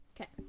Okay